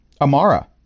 Amara